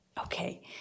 Okay